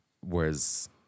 Whereas